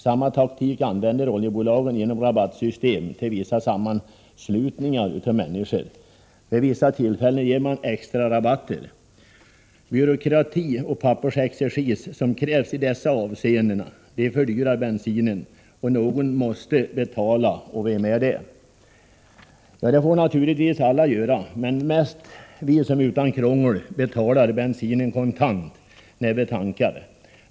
Samma taktik använder oljebolagen genom rabattsystem till vissa sammanslutningar av människor. Vid vissa tillfällen ges extra rabatter. Den byråkrati och pappersexercis som detta kräver fördyrar bensinen. Någon måste betala. Och vem är det? Det är vi alla, men mest vi som utan krångel betalar bensinen kontant när vi tankar.